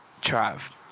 Trav